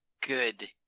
Good